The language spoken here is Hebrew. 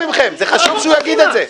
לא, בבקשה מכם, זה חשוב שהוא יגיד את זה.